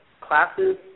classes